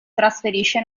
trasferisce